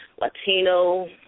Latino